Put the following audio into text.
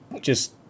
just-